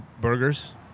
burgers